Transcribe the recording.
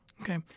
okay